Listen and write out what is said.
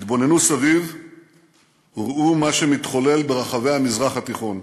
התבוננו סביב וראו מה שמתחולל ברחבי המזרח התיכון,